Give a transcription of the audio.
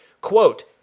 Quote